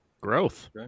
Growth